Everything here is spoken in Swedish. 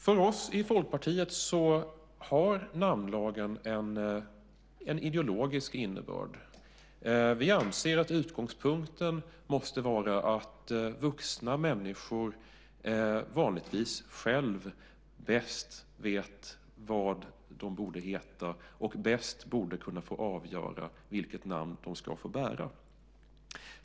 För oss i Folkpartiet har namnlagen en ideologisk innebörd. Vi anser att utgångspunkten måste vara att vuxna människor vanligtvis bäst själva vet vad de borde heta, och bäst borde kunna få avgöra vilket namn de ska få bära.